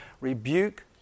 rebuke